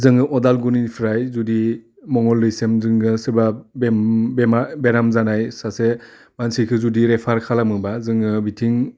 जोङो अदालगुरिनिफ्राय जुदि मंगलदैसिम जोङो सोरबा बेराम जानाय सासे मानसिखौ जुदि रेफार खालामोबा जोङो बिथिं